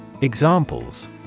Examples